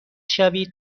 شوید